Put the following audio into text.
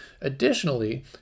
Additionally